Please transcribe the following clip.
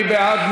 מי בעד?